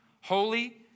Holy